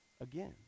again